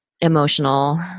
emotional